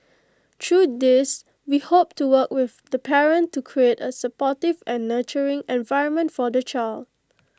through these we hope to work with the parent to create A supportive and nurturing environment for the child